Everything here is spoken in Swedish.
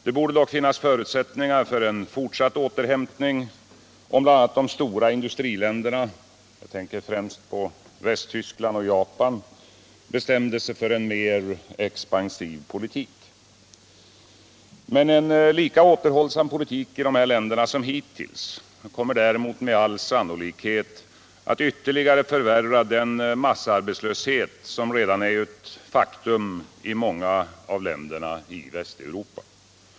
Det borde dock finnas förutsättningar för en fortsatt återhämtning, om bl.a. de stora industriländerna — jag tänker främst på Västtyskland och Japan — bestämde sig för en mer expansiv politik. En lika återhållsam politik i dessa länder som hittills kommer däremot med all sannolikhet att ytterligare förvärra den massarbetslöshet som redan är ett faktum i många av länderna i Västeuropa.